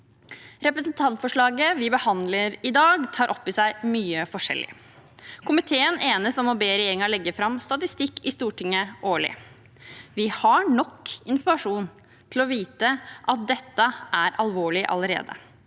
Representantforslaget vi behandler i dag, tar opp i seg mye forskjellig. Komiteen enes om å be regjeringen legge fram statistikk i Stortinget årlig. Vi har allerede nok informasjon til å vite at dette er alvorlig.